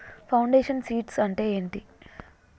Foundation seeds అంటే ఏంటి?